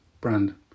brand